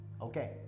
Okay